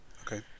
Okay